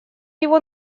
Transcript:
его